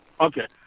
Okay